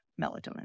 melatonin